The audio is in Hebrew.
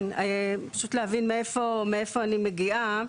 כן, כן, פשוט להבין מאיפה אני מגיעה.